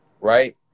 Right